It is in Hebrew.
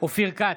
אופיר כץ,